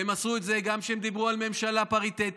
והם עשו את זה גם כשהם דיברו על ממשלה פריטטית.